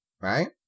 right